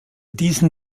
diesen